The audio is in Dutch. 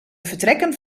vertrekken